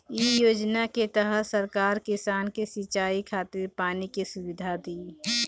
इ योजना के तहत सरकार किसान के सिंचाई खातिर पानी के सुविधा दी